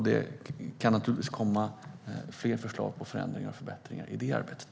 Det kan naturligtvis komma fler förslag på förändringar och förbättringar i det arbetet.